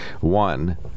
One